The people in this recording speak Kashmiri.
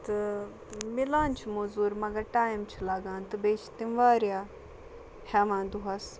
تہٕ میلان چھِ موٚزوٗرۍ مگر ٹایَم چھِ لَگان تہٕ بیٚیہِ چھِ تِم واریاہ ہٮ۪وان دۄہَس